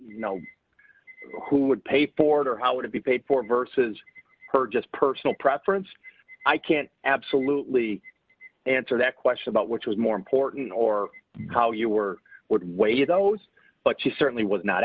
you know who would pay for it or how would it be paid for versus her just personal preference i can't absolutely answer that question about which is more important or how you were wouldn't weigh those but she certainly was not